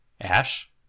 Ash